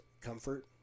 comfort